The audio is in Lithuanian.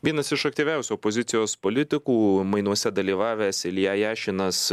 vienas iš aktyviausių opozicijos politikų mainuose dalyvavęs ilja jašinas